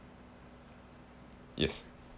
yes